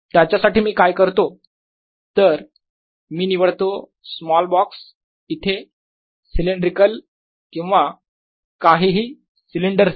त्याच्यासाठी मी काय करतो तर मी निवडतो स्मॉल बॉक्स इथे सिलेंड्रिकल किंवा काहीही सिलेंडर सारखा